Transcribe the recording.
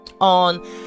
on